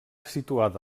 situada